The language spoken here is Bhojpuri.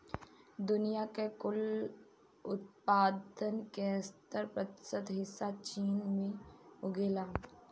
दुनिया के कुल उत्पादन के सत्तर प्रतिशत हिस्सा चीन में उगेला